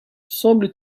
semble